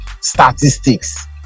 statistics